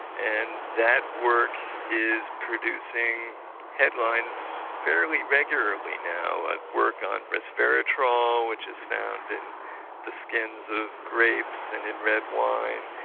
and that work is producing producing headlines fairly regularly now, and work on respitrol which is found in the skins of grapes and in red wine,